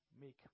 make